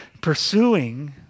pursuing